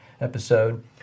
episode